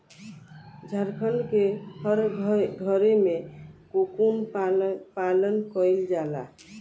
झारखण्ड के हर घरे में कोकून पालन कईला जाला